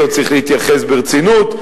לא צריך להתייחס ברצינות.